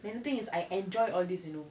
then think is I enjoy all this you know